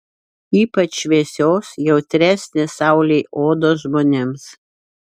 ypač šviesios jautresnės saulei odos žmonėms